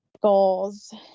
goals